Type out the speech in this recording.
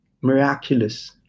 miraculous